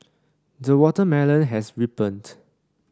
the watermelon has ripened